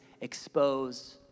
expose